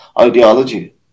ideology